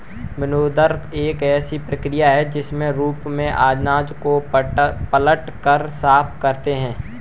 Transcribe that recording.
winnower एक ऐसी प्रक्रिया है जिसमें रूप से अनाज को पटक कर साफ करते हैं